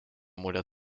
moeder